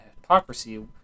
hypocrisy